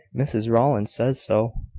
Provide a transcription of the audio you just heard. mrs rowland says so.